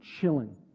chilling